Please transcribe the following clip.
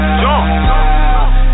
jump